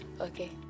Okay